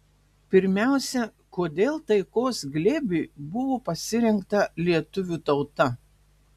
pirmiausia kodėl taikos glėbiui buvo pasirinkta lietuvių tauta